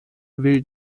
will